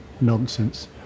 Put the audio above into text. nonsense